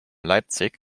leipzig